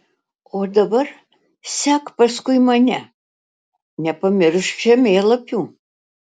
o dabar sek paskui mane nepamiršk žemėlapių